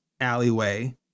alleyway